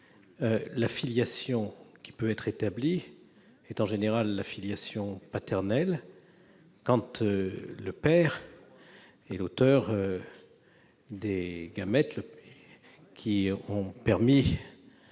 la filiation qui peut être établie est en général la filiation paternelle, quand le père est l'auteur des gamètes ayant permis